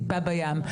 טיפה בים,